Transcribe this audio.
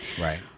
Right